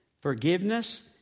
Forgiveness